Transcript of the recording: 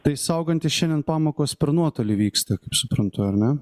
tai saugantis šiandien pamokos per nuotolį vyksta kaip suprantu ar ne